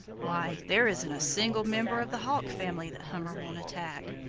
why, there isn't a single member of the hawk family that hummer won't attack.